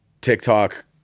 TikTok